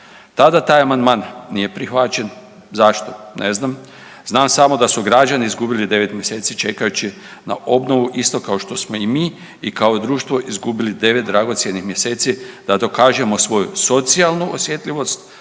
Tada taj amandman nije prihvaćen. Zašto? Ne znam. Znam samo da su građani izgubili 9 mjeseci čekajući na obnovu isto kao što smo i mi i kao društvo izgubili 9 dragocjenih mjeseci da dokažemo svoju socijalnu osjetljivost,